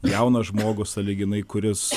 jauną žmogų sąlyginai kuris